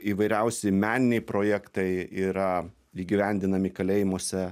įvairiausi meniniai projektai yra įgyvendinami kalėjimuose